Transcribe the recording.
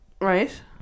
Right